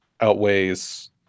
outweighs